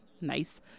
Nice